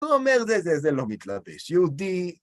הוא אומר זה, זה, זה לא מתלבש יהודי.